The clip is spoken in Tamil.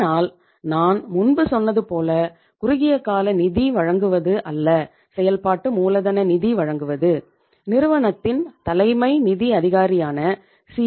ஆனால் நான் முன்பு சொன்னது போல குறுகிய கால நிதி வழங்குவது அல்லது செயல்பாட்டு மூலதன நிதி வழங்குவது நிறுவனத்தின் தலைமை நிதி அதிகாரியான சி